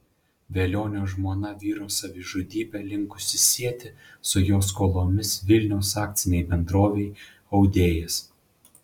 velionio žmona vyro savižudybę linkusi sieti su jo skolomis vilniaus akcinei bendrovei audėjas